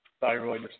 thyroid